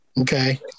okay